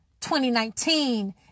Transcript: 2019